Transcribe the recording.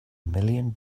million